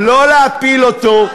לא להפיל אותו.